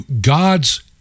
God's